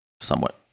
somewhat